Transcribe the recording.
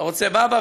אתה רוצה באבא?